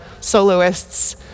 soloists